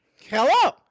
hello